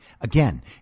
Again